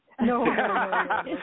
No